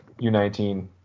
U19